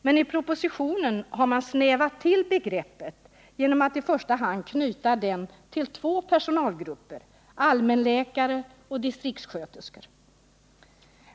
Men i propositionen har man snävat till begreppet genom att i första hand knyta det till två personalgrupper: allmänläkare och distriktssköterskor.